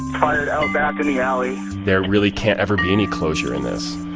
fired out back in the alley there really can't ever be any closure in this.